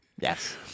Yes